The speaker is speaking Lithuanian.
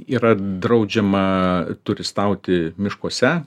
yra draudžiama turistauti miškuose